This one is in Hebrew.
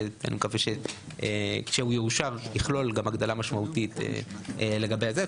שאני מקווה שכשהוא יאושר יכלול גם הגדלה משמעותית לגבי זה.